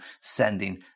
sending